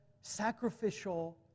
sacrificial